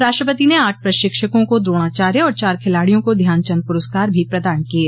राष्ट्रपति ने आठ प्रशिक्षकों को द्रोणाचार्य और चार खिलाडियों को ध्यानचंद प्रस्कार भी प्रदान किये